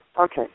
Okay